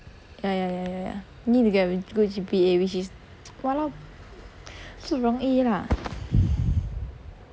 ya ya ya ya ya need to get a good G_P_A which is !walao! 不容易 lah